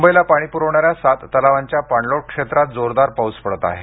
मुंबईला पाणी पुरविणाऱ्या सात तलावांच्या पाणलोट क्षेत्रात जोरदार पाऊस पडत आहे